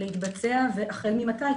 להתבצע והחל ממתי.